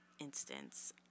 instance